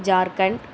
Jharkhand